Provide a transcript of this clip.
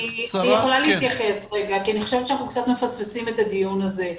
אני יכולה להתייחס כי אני חושבת שאנחנו קצת מפספסים את הדיון הזה.